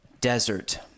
desert